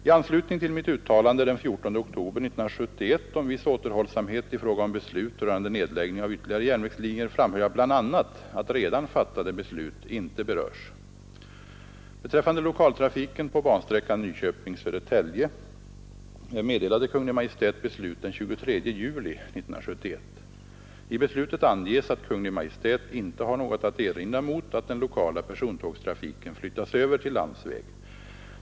I anslutning till mitt uttalande den 14 oktober 1971 om viss återhållsamhet i fråga om beslut rörande nedläggning av ytterligare järnvägslinjer framhöll jag bl.a. att redan fattade beslut inte berörs. Beträffande lokaltrafiken på bansträckan Nyköping—Södertälje meddelade Kungl. Maj:t beslut den 23 juli 1971. I beslutet anges att Kungl. Maj:t inte har något att erinra mot att den lokala persontågstrafiken flyttas över till landsväg.